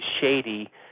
shady